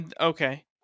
Okay